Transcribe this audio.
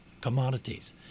commodities